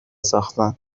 ساختن